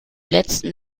letzten